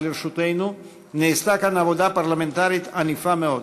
לרשותנו נעשתה כאן עבודה פרלמנטרית ענפה מאוד.